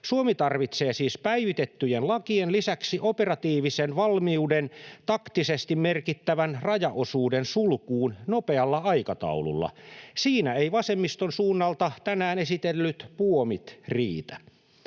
Suomi tarvitsee siis päivitettyjen lakien lisäksi operatiivisen valmiuden taktisesti merkittävän rajaosuuden sulkuun nopealla aikataululla. Siinä eivät vasemmiston suunnalta tänään esitellyt puomit riitä.